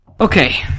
Okay